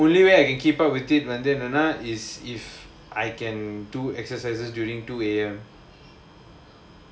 like the only way I can keep up with it வந்து என்னனா:vandhu ennanaa is if I can do exercises during two A_M